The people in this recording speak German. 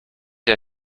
der